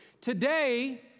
Today